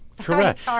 Correct